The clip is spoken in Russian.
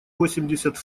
восемьдесят